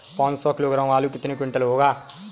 पाँच सौ किलोग्राम आलू कितने क्विंटल होगा?